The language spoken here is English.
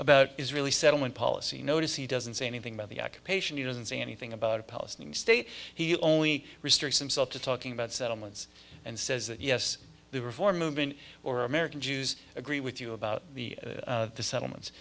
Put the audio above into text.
about israeli settlement policy notice he doesn't say anything about the occupation he doesn't say anything about a palestinian state he only restricts himself to talking about settlements and says that yes the reform movement or american jews agree with you about the settlements